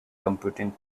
computing